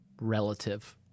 relative